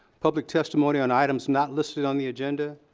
public testimony on items not listed on the agenda.